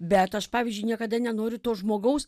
bet aš pavyzdžiui niekada nenoriu to žmogaus